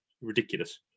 Ridiculous